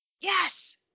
Yes